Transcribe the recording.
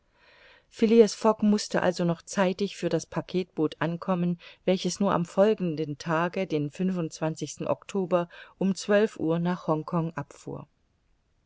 mußte also noch zeitig für das packetboot ankommen welches nur am folgenden tage den oktober um zwölf uhr nach hongkong abfuhr